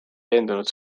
veendunud